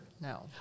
No